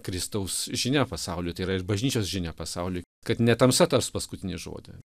kristaus žinia pasauliui tai yra ir bažnyčios žinia pasauliui kad ne tamsa tars paskutinį žodį